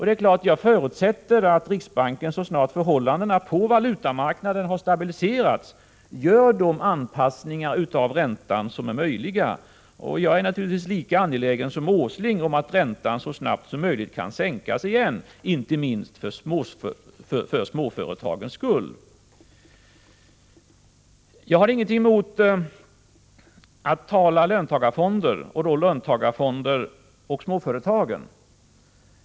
Det är klart att jag förutsätter att riksbanken så snart förhållandena på valutamarknaden har stabiliserats gör de anpassningar av räntan som är möjliga. Jag är naturligtvis lika angelägen som herr Åsling om att räntan så snabbt som möjligt kan sänkas igen, inte minst för småföretagens skull. Jag har ingenting emot att tala om löntagarfonder och då särskilt om löntagarfonderna i förhållande till småföretagen.